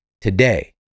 Today